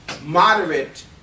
moderate